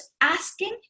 asking